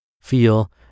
feel